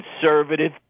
conservative